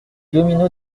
domino